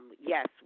Yes